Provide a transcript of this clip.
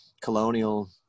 colonial